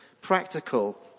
practical